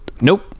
Nope